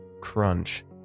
crunch